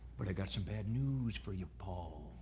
but i got some bad news for you paul,